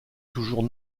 toujours